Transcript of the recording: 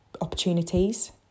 opportunities